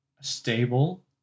stable